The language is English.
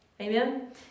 Amen